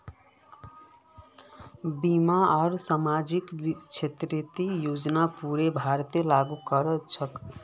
बीमा आर सामाजिक क्षेतरेर योजना पूरा भारतत लागू क र छेक